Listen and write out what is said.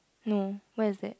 no where is that